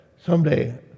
someday